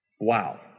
Wow